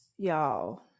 Y'all